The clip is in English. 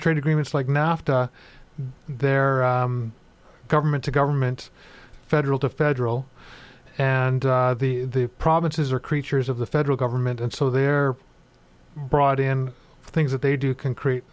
trade agreements like nafta their government to government federal to federal and the provinces are creatures of the federal government and so they're brought in things that they do concrete